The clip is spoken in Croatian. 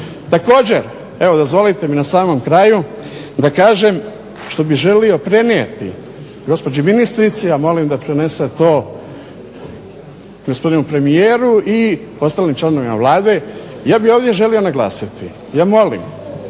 Također evo dozvolite mi na samom kraju da kažem što bih želio prenijeti gospođi ministrici, a molim da prenese to gospodinu premijeru i ostalim članovima Vlade, ja bih ovdje želio naglasiti, ja molim